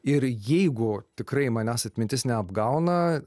ir jeigu tikrai manęs atmintis neapgauna